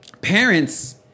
Parents